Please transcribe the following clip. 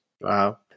Wow